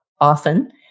often